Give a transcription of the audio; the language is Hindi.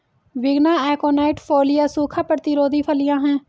विग्ना एकोनाइट फोलिया सूखा प्रतिरोधी फलियां हैं